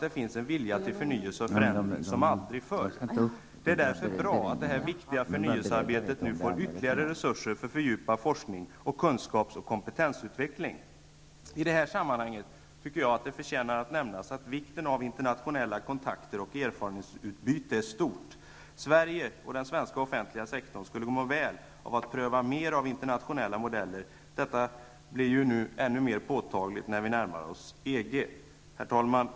Det finns en vilja till förnyelse och förändring som aldrig förr. Det är därför bra att det här viktiga förnyelsearbetet nu får ytterligare resurser för fördjupad forskning och kunskaps och kompetensutveckling. I det här sammanhanget förtjänar det att nämnas att internationella kontakter och erfarenhetsutbyte är av stor vikt. Sverige och den svenska offentliga sektorn skulle må väl av att pröva mer av internationella modeller. Detta blir ju nu ännu mer påtagligt när vi närmar oss EG. Herr talman!